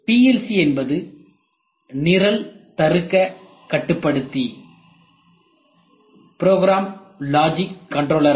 PLC என்பது நிரல் தருக்க கட்டுப்படுத்தி ஆகும்